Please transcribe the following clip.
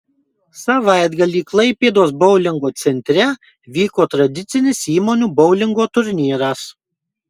savaitgalį klaipėdos boulingo centre vyko tradicinis įmonių boulingo turnyras